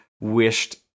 wished